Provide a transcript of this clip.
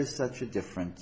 is such a differen